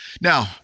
Now